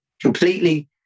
completely